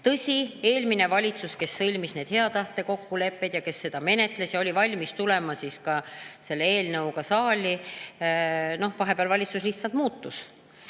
Tõsi, eelmine valitsus, kes sõlmis need hea tahte kokkulepped ja kes seda menetles, oli valmis tulema selle eelnõuga saali, aga noh, vahepeal valitsus lihtsalt muutus